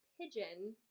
pigeon